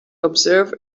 observe